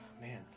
Man